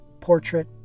portrait